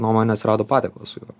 nomoj neatsirado patiekalo su juo